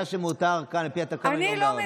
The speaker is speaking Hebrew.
אני יודע שמותר כאן לפי התקנון לדבר בערבית.